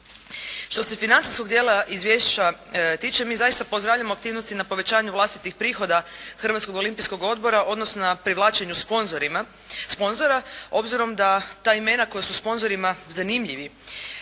Što se financijskog dijela izvješća tiče mi zaista pozdravljamo aktivnosti na povećanju vlastitih prihoda Hrvatskog olimpijskog odbora odnosno na privlačenju sponzora obzirom da ta imena koja su sponzorima zanimljivi